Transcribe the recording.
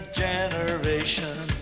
generation